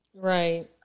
right